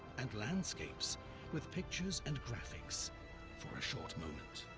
and landscapes with pictures and graphics for a short moment.